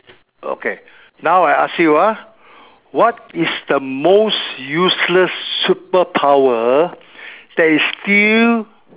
okay now I ask you ah what is the most useless superpower that is still